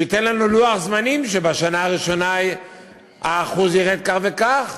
שייתן לנו לוח זמנים שבשנה הראשונה האחוז ירד כך וכך